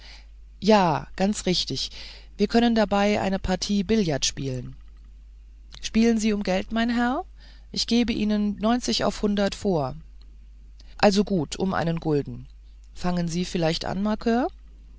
ja ganz richtig wir können dabei eine partie billard spielen spielen sie um geld mein herr ich gebe ihnen neunzig auf hundert vor also gut um einen gulden fangen sie vielleicht an